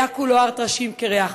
היו כולו הר טרשים קירח.